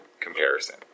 comparison